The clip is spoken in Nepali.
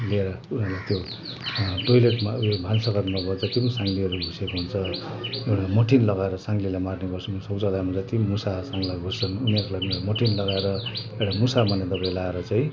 लिएर उनीहरूलाई त्यो टोयलेटमा उयो भान्साघरमा जति पनि साङ्लेहरू घुसेको हुन्छ मोर्टिन लगाएर साङ्लेलाई मार्ने गर्छौँ अनि शौचालयमा जति मुसा र साङ्ला घुस्छन् उनीहरूलाई पनि मोर्टिन लगाएर एउटा मुसा मार्ने दबाई लगाएर चाहिँ